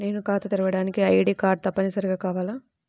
నేను ఖాతా తెరవడానికి ఐ.డీ కార్డు తప్పనిసారిగా కావాలా?